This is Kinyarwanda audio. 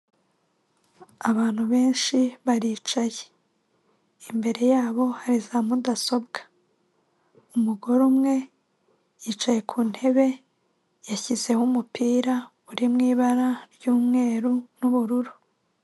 Abantu benshi baricaye imbere yabo hari za mudasobwa umugore umwe yicaye ku ntebe yashyizeho umupira uri mu ibara ry'umweru n'ubururu.